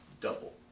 double